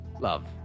Love